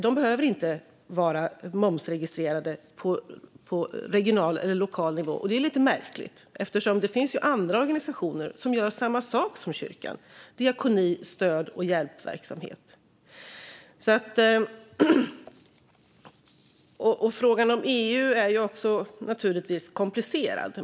Den behöver inte vara momsregistrerad på regional eller lokal nivå. Det är lite märkligt. Det finns andra organisationer som gör samma sak som kyrkan med diakoni, stöd och hjälpverksamhet. Frågan om EU är naturligtvis komplicerad.